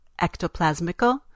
ectoplasmical